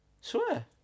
Swear